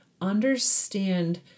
understand